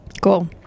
cool